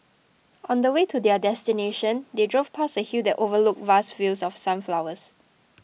on the way to their destination they drove past a hill that overlooked vast fields of sunflowers